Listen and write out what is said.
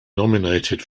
nominated